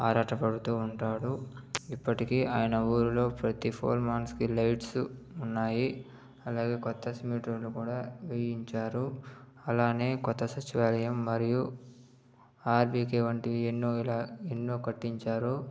ఆరాటపడుతూ ఉంటాడు ఇప్పటికీ ఆయన ఊరిలో ప్రతీ ఫోర్ మంత్స్కి లైట్స్ ఉన్నాయి అలాగే కొత్త సిమెంట్ రోడ్డు కూడ వేయించారు అలానే కొత్త సచివాలయం మరియు ఆర్బీకే వంటివి ఎన్నో ఇలా ఎన్నో కట్టించారు